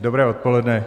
Dobré odpoledne.